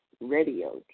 radio